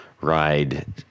ride